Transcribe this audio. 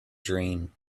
dream